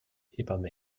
hebamme